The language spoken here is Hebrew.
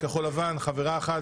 לכחול לבן חברה אחת,